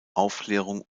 aufklärung